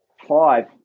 five